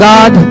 God